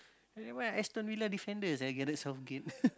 defenders ah Gareth-Southgate